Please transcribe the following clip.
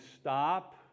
stop